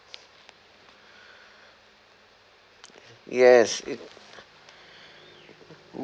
yes